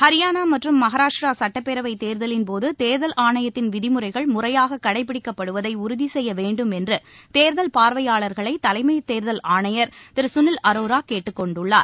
ஹரியானா மற்றும் மகாராஷ்டிர சுட்டப்பேரவை தேர்தலின்போது தேர்தல் ஆணையத்தின் விதிமுறைகள் முறையாக கடைப்பிடிக்கப்படுவதை உறுதி செய்ய வேண்டும் என்று தேர்தல் பார்வையாளர்களை தலைமை தேர்தல் ஆணையர் திரு கனில் அரோரா கேட்டுக்கொண்டுள்ளார்